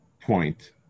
point